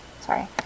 Sorry